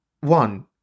One